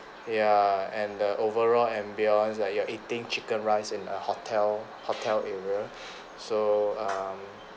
ya and the overall ambiance like you are eating chicken rice in a hotel hotel area so um